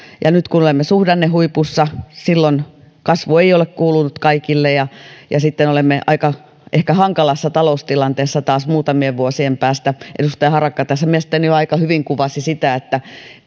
nyt kun olemme olleet suhdannehuipussa kasvu ei ole kuulunut kaikille ja ja sitten olemme ehkä aika hankalassa taloustilanteessa taas muutamien vuosien päästä edustaja harakka mielestäni jo aika hyvin kuvasi sitä